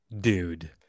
dude